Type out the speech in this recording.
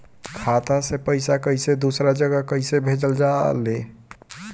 खाता से पैसा कैसे दूसरा जगह कैसे भेजल जा ले?